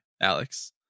Alex